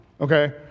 okay